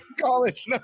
college